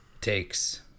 takes